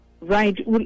Right